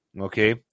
Okay